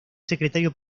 secretario